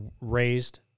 raised